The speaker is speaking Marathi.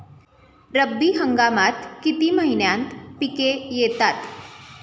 रब्बी हंगामात किती महिन्यांत पिके येतात?